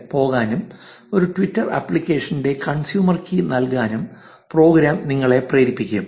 com പോകാനും ഒരു Twitter ആപ്ലിക്കേഷന്റെ കൺസ്യൂമർ കീ നൽകാനും പ്രോഗ്രാം നിങ്ങളെ പ്രേരിപ്പിക്കും